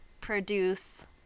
produce